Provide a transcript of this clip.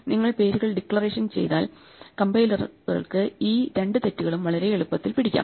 നിങ്ങൾ പേരുകൾ ഡിക്ലറേഷൻ ചെയ്താൽ കമ്പൈലറുകൾക്ക് ഈ രണ്ടു തെറ്റുകളും വളരെ എളുപ്പത്തിൽ പിടിക്കാം